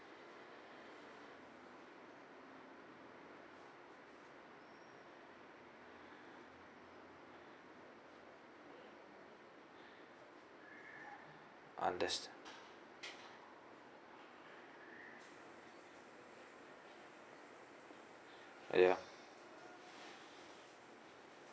understood ya